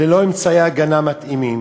ללא אמצעי הגנה מתאימים,